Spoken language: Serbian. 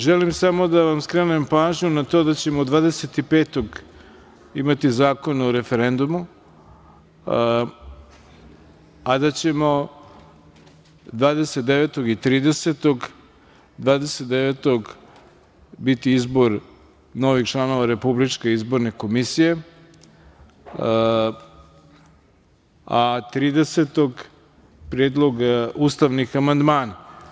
Želim samo da vam skrenem pažnju na to da ćemo 25. novembra imati zakon o referendumu, a da ćemo 29. novembra biti izbor novih članova Republičke izborne komisije. a 30. novembra Predlog ustavnih amandmana.